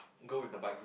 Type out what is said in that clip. go in the bike group